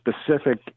specific